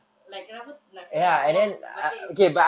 like kenapa nak kena bual bual balik sia